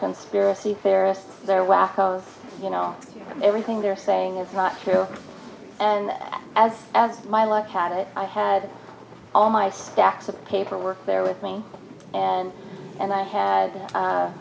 conspiracy theorists they're wackos you know everything they're saying is not true and as my life had it i had all my staff of paper work there with me and and i had